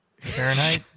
Fahrenheit